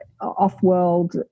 off-world